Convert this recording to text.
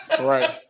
Right